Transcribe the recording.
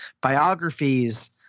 biographies